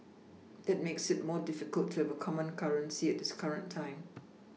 that makes it more difficult to have a common currency at this current time